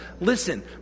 Listen